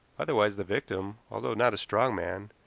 otherwise the victim, although not a strong man,